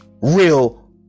real